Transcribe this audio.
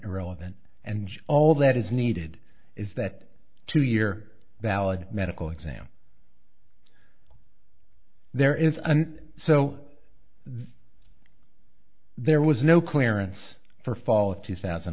irrelevant and all that is needed is that two year valid medical exam there is and so that there was no clearance for fall of two thousand